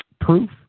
proof